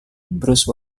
bruce